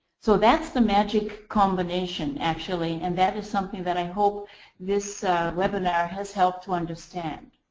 so that's the magic combination, actually and that is something that i hope this webinar has helped to understand.